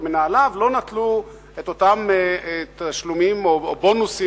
ומנהליו לא נטלו את אותם תשלומים או בונוסים